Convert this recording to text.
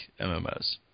MMOs